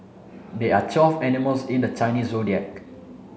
there are twelve animals in the Chinese Zodiac